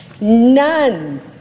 None